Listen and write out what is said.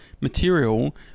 material